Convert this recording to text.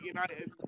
United